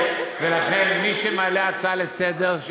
מי שמעלה הצעה לסדר-היום,